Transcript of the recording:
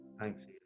Thanks